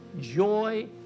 joy